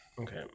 Okay